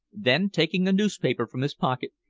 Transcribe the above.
then, taking a newspaper from his pocket,